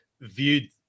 viewed